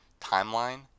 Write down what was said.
timeline